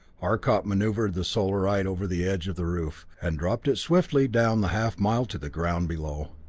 arcot maneuvered the solarite over the edge of the roof, and dropped it swiftly down the half mile to the ground below.